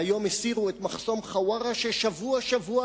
והיום הסירו את מחסום חווארה ששבוע-שבוע